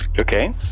Okay